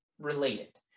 related